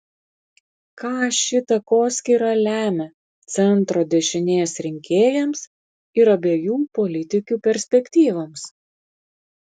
ką ši takoskyra lemia centro dešinės rinkėjams ir abiejų politikių perspektyvoms